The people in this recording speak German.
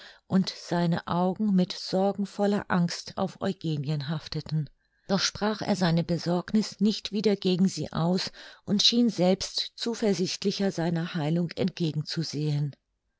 und seine augen mit sorgenvoller angst auf eugenien hafteten doch sprach er seine besorgniß nicht wieder gegen sie aus und schien selbst zuversichtlicher seiner heilung entgegen zu sehen